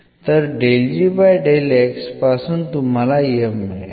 तर पासून तुम्हाला M मिळेल